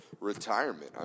retirement